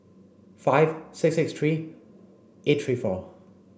five six six three eight three four